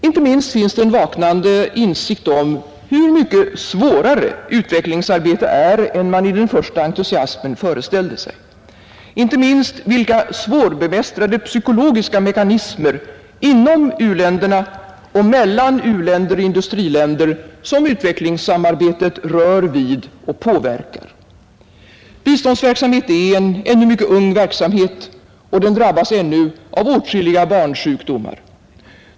Inte minst finns det en vaknande insikt om hur mycket svårare utvecklingsarbete är än man i den första entusiasmen föreställde sig, inte minst vilka svårbemästrade psykologiska mekanismer, inom u-länderna och mellan u-länder och industriländer, som utvecklingssamarbetet rör vid och påverkar. Biståndsverksamhet är en ännu mycket ung verksamhet, och den drabbas ännu av åtskilliga barnsjukdomar.